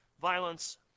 Violence